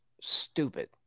stupid